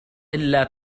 إلا